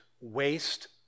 waste